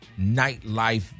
nightlife